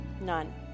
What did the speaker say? None